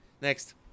Next